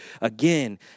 again